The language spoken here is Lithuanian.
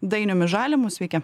dainiumi žalimu sveiki